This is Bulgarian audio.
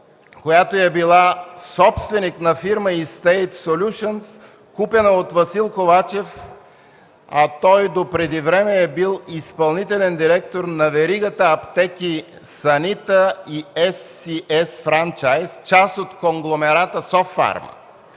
която е била собственик на фирма „Истейт солюшънс”, купена от Васил Ковачев, а той допреди време е бил изпълнителен директор на веригата аптеки „Санита” и „ЕС СИ ЕС Франчайз”, част от конгломерата „Софарма”.